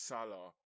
Salah